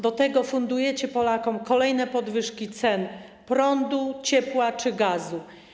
Do tego fundujecie Polakom kolejne podwyżki cen prądu, ciepła czy gazu.